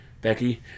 Becky